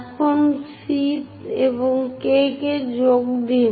এখন C এবং K কে যোগ করুন